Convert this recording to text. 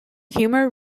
humor